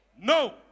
no